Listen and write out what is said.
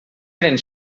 eren